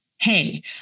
hey